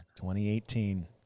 2018